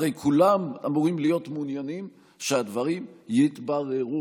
הרי כולם אמורים להיות מעוניינים שהדברים יתבררו.